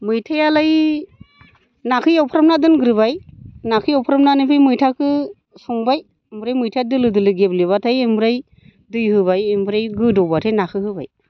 मैथायालाय नाखौ एवफ्रामना दोनग्रोबाय नाखौ एवफ्रामनानै ओमफ्राय मैथाखौ संबाय ओमफ्राय मैथा दोलो दोलो गेब्लेबाथाय ओमफ्राय दै होबाय ओमफ्राय गोदौबाथाय नाखौ होबाय